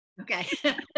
okay